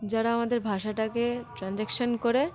যারা আমাদের ভাষাটাকে ট্রানজ্যাকশন করে